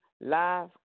live